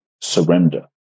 surrender